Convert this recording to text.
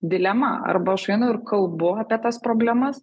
dilema arba aš einu ir kalbu apie tas problemas